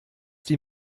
die